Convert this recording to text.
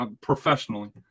professionally